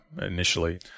initially